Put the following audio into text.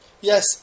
Yes